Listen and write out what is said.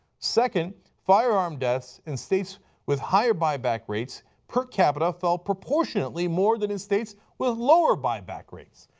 second, firearm deaths in states with higher buyback rates per capita fell proportionately more than in states with lower buyback rates.